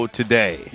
today